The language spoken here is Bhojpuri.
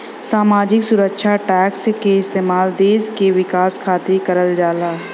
सामाजिक सुरक्षा टैक्स क इस्तेमाल देश के विकास खातिर करल जाला